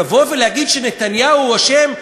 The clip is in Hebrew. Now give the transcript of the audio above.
לבוא ולהגיד שנתניהו אשם?